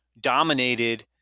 dominated